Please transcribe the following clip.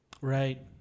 Right